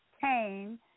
Cain